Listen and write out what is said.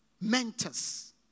mentors